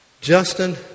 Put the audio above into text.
Justin